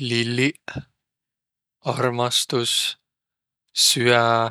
Lilliq, armastus, süä,